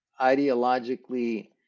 ideologically